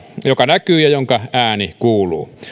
joka näkyy ja jonka ääni kuuluu